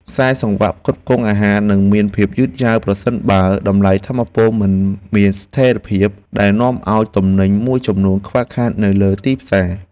ខ្សែសង្វាក់ផ្គត់ផ្គង់អាហារនឹងមានភាពយឺតយ៉ាវប្រសិនបើតម្លៃថាមពលមិនមានស្ថិរភាពដែលនាំឱ្យទំនិញមួយចំនួនខ្វះខាតនៅលើទីផ្សារ។